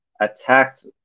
attacked